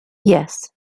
yes